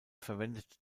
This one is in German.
verwendet